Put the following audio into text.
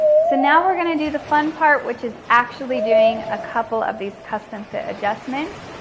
so now we're gonna do the fun part, which is actually doing a couple of these custom fit adjustments.